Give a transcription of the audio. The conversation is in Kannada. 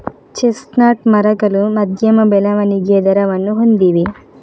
ಚೆಸ್ಟ್ನಟ್ ಮರಗಳು ಮಧ್ಯಮ ಬೆಳವಣಿಗೆಯ ದರವನ್ನು ಹೊಂದಿವೆ